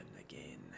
again